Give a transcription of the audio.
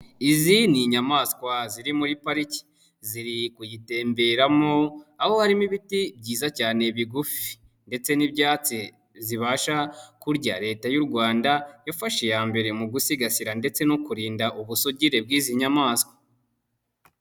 Izi ni inyamaswa ziri muri pariki, ziri kuyitemberamo, aho harimo ibiti byiza cyane bigufi ndetse n'ibyatsi zibasha kurya. Leta y'u Rwanda yafashe iya mbere mu gusigasira ndetse no kurinda ubusugire bw'izi nyamaswa.